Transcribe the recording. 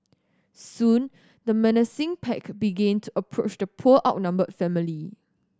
soon the menacing pack began to approach the poor outnumbered family